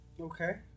okay